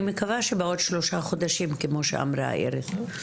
אני מקווה שבעוד שלושה חודשים, כמו שאמרה איריס.